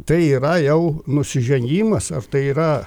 tai yra jau nusižengimas ar tai yra